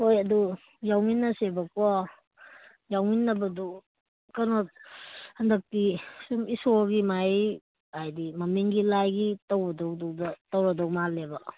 ꯍꯣꯏ ꯑꯗꯨ ꯌꯥꯎꯃꯤꯟꯅꯁꯦꯕꯀꯣ ꯌꯥꯎꯃꯤꯟꯅꯕꯗꯨ ꯀꯩꯅꯣ ꯍꯟꯗꯛꯇꯤ ꯁꯨꯝ ꯏꯁꯣꯔꯒꯤ ꯃꯍꯩ ꯍꯥꯏꯗꯤ ꯃꯃꯤꯡꯒꯤ ꯂꯥꯏꯒꯤ ꯇꯧꯒꯗꯧꯗꯨꯗ ꯇꯧꯔꯗꯧ ꯃꯥꯜꯂꯦꯕ